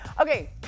okay